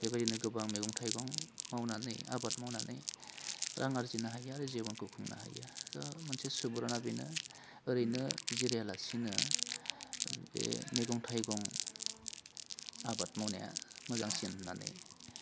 बेबायदिनो गोबां मैगं थाइगं मावनानै आबाद मावनानै रां आरजिनो हायो आरो जिबनखौ खुंनो हायो मोनसे सुबुरुना बेनो ओरैनो जिरायालासिनो एह मैगं थाइगं आबाद मावनाया मोजांसिन होन्नानै